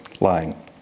lying